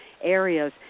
areas